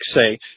say